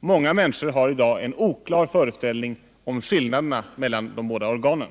Många människor har i dag en oklar föreställning om skillnaderna mellan de båda organen.